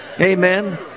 Amen